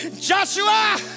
Joshua